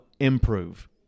improve